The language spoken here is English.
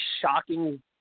shocking